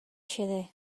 xede